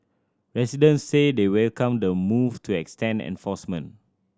residents say they welcome the move to extend enforcement